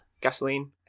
gasoline